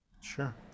Sure